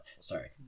Sorry